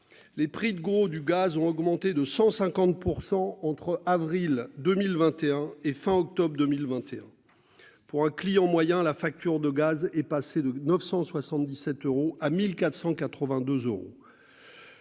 Les prix de gros du gaz ont augmenté de 150% entre avril 2021 et fin octobre 2021. Pour un client moyen, la facture de gaz est passé de 977 euros à 1492 euros.